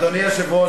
אדוני היושב-ראש,